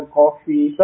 coffee